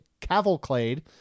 cavalcade